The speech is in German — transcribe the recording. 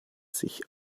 sich